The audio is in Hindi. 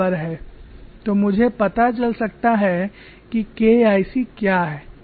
तो मुझे पता चल सकता है कि KIc क्या है